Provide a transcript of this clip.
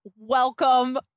Welcome